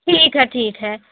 ठीक है ठीक है